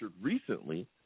recently